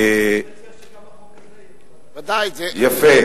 אני מציע גם את החוק הזה, יפה.